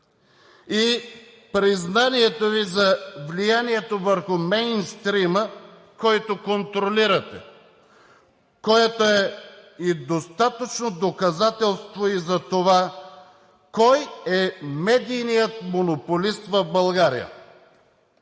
Признанието за влиянието върху мейнстрийма, който контролирате, е достатъчно доказателство за това кой е медийният монополист в България.